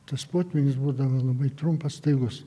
tas potvynis būdavo labai trumpas staigus